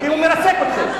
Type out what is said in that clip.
כי הוא מרסק אתכם.